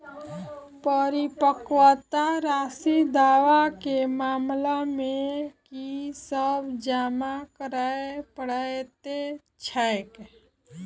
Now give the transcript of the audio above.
परिपक्वता राशि दावा केँ मामला मे की सब जमा करै पड़तै छैक?